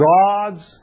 God's